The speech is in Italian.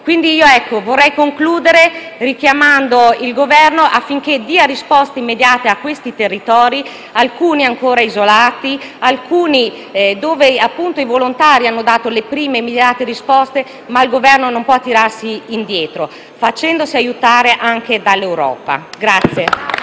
territori. Vorrei concludere richiamando il Governo affinché dia risposte immediate a quei territori, alcuni ancora isolati, alcuni dove i volontari hanno dato le prime immediate risposte. Il Governo non può tirarsi indietro e deve farsi aiutare anche dall'Europa.